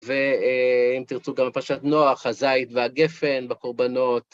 ואם תרצו, גם בפרשת נוח, הזית והגפן, והקורבנות.